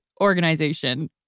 organization